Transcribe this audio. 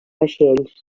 vaixells